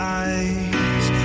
eyes